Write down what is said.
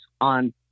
on